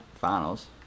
finals